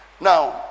now